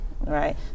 right